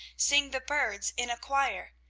sing the birds in a choir,